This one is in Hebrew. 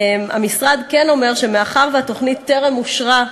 המשרד כן אומר שמאחר שהתוכנית טרם אושרה,